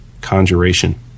Conjuration